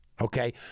Okay